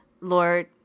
Lord